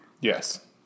Yes